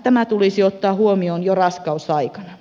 tämä tulisi ottaa huomioon jo raskausaikana